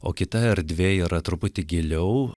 o kita erdvė yra truputį giliau